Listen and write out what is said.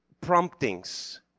promptings